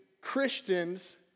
Christians